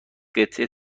قطعه